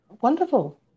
Wonderful